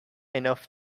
enough